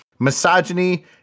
misogyny